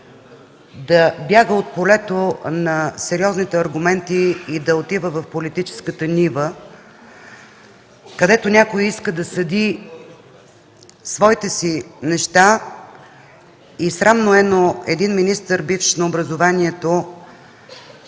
да бяга от полето на сериозните аргументи и да отива в политическата нива, където някой иска да сади своите си неща. Срамно е, но един бивш министър на образованието